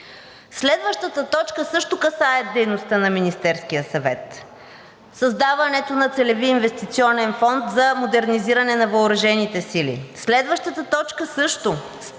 Следващата точка също касае дейността на Министерския съвет – създаването на целеви инвестиционен фонд за модернизиране на въоръжените сили. Следващата точка също